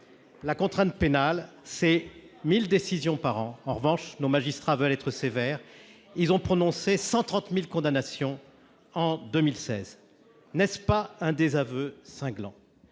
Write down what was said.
la contrainte pénale ne représente que 1 000 décisions par an. En revanche, nos magistrats veulent être sévères : ils ont prononcé 130 000 condamnations en 2016 ; n'est-ce pas là un désaveu cinglant ?